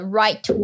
right